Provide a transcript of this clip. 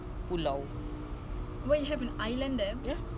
batam riau